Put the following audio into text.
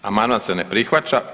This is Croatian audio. Amandman se ne prihvaća.